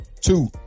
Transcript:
Two